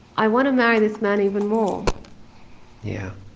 i want to marry this man even more yeah